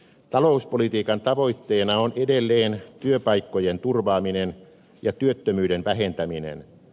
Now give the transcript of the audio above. talouspolitiikan tavoitteena on edelleen työpaikkojen turvaaminen ja työttömyyden vähentäminen